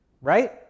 right